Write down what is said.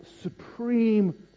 supreme